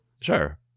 sure